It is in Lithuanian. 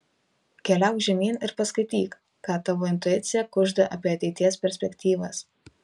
keliauk žemyn ir paskaityk ką tavo intuicija kužda apie ateities perspektyvas